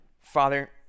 Father